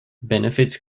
benefits